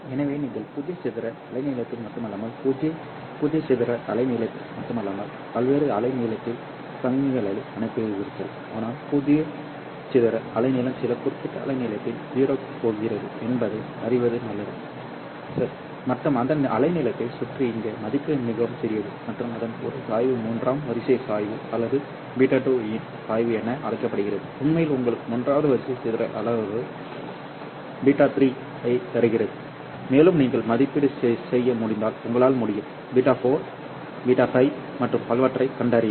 எனவே நீங்கள் பூஜ்ஜிய சிதறல் அலைநீளத்தில் மட்டுமல்லாமல் பூஜ்ஜிய சிதறல் அலை நீளத்திற்கு மட்டுமல்லாமல் பல்வேறு அலை நீளத்தில் சமிக்ஞைகளை அனுப்புகிறீர்கள் ஆனால் பூஜ்ஜிய சிதறல் அலைநீளம் சில குறிப்பிட்ட அலைநீளத்தில் 0 க்கு போகிறது என்பதை அறிவது நல்லது சரி மற்றும் அந்த அலைநீளத்தை சுற்றி இங்கே மதிப்பு மிகவும் சிறியது மற்றும் அதன் ஒரு சாய்வு மூன்றாம் வரிசை சாய்வு அல்லது β2 இன் சாய்வு என அழைக்கப்படுவது உண்மையில் உங்களுக்கு மூன்றாவது வரிசை சிதறல் அளவுரு β3 ஐ தருகிறது சரி மேலும் நீங்கள் மதிப்பீடு செய்ய முடிந்தால் உங்களால் முடியும் β4 β5 மற்றும் பலவற்றைக் கண்டறியவும்